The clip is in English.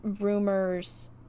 rumors